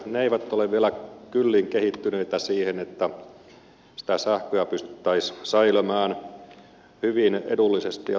ne eivät ole vielä kyllin kehittyneitä siihen että sitä sähköä pystyttäisiin säilömään hyvin edullisesti ja tehokkaasti